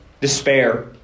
despair